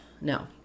No